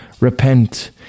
Repent